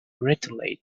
retaliate